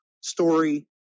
story